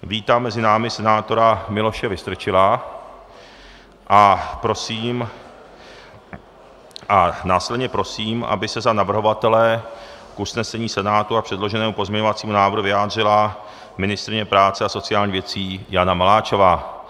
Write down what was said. Vítám mezi námi senátora Miloše Vystrčila a následně prosím, aby se za navrhovatele k usnesení Senátu a předloženému pozměňovacímu návrhu vyjádřila ministryně práce a sociálních věcí Jana Maláčová.